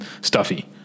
stuffy